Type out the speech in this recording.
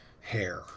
hair